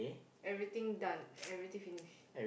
everything done everything finish